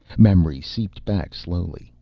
memory seeped back slowly,